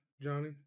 Johnny